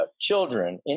children